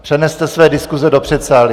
Přeneste své diskuse do předsálí!